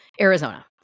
Arizona